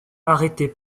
arrêtait